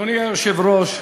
אדוני היושב-ראש,